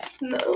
No